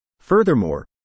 Furthermore